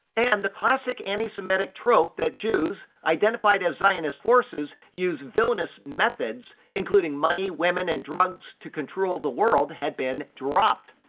and the classic anti-semitic trope that jews, identified as zionist forces, use villainous methods, including money, women, and drugs to control the world has been dropped.